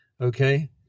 okay